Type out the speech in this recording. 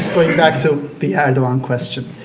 going back to the erdogan question.